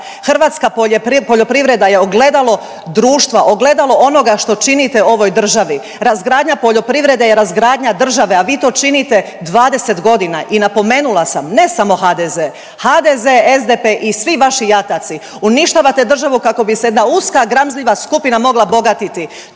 Hrvatska poljoprivreda je ogledalo društva, ogledalo onoga što činite ovoj državi, razgradnja poljoprivrede je razgradnja države, a vi to činite 20 godina. I napomenula sam, ne samo HDZ, HDZ, SDP i svi vaši jataci uništavate državu kako bi se jedna uska gramziva skupina mogla bogatiti.